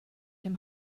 him